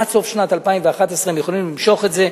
ועד סוף שנת 2011 הם יכולים למשוך את זה,